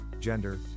gender